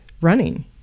running